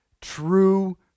true